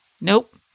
Nope